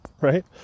right